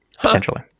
potentially